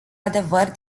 adevăr